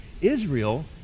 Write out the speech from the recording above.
Israel